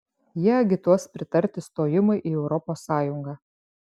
jie agituos pritarti stojimui į europos sąjungą